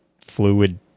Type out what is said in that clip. fluid